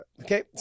Okay